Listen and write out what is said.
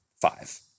five